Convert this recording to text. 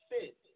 fit